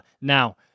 now